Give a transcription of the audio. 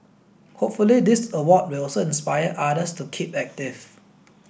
hopefully this award will also inspire others to keep active